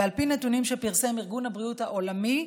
ועל פי נתונים שפרסם ארגון הבריאות העולמי,